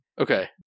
Okay